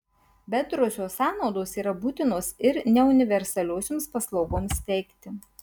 bendrosios sąnaudos yra būtinos ir neuniversaliosioms paslaugoms teikti